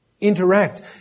interact